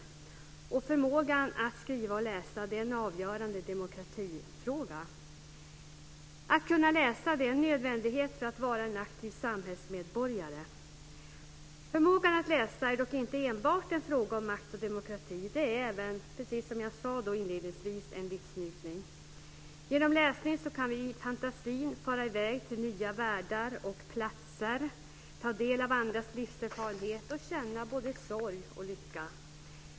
Människors förmåga att skriva och läsa är en avgörande demokratifråga. Att kunna läsa är en nödvändighet för att vara en aktiv samhällsmedborgare. Förmågan att läsa är dock inte bara en fråga om makt och demokrati. Att läsa är även, precis som jag sade inledningsvis, en livsnjutning. Genom läsningen kan vi i fantasin fara i väg till nya världar och platser, ta del av andras livserfarenhet och känna både sorg och lycka.